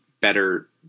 better